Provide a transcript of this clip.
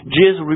Jesus